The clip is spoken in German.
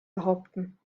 behaupten